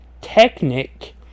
Technic